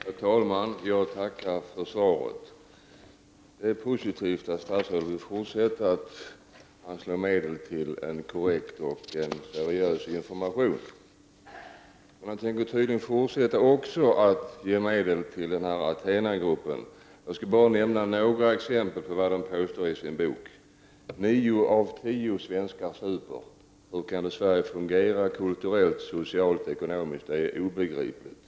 Herr talman! Jag tackar för svaret. Det är positivt att statsrådet vill fortsätta att anslå medel till en korrekt och seriös information. Men han tänker tydligen fortsätta att ge medel också till den här Athenagruppen. Jag skall bara nämna några exempel på vad gruppen påstår i sin bok: 9 av 10 svenskar super. Hur kan då Sverige fungera kulturellt, socialt och ekonomiskt? Det är obegripligt.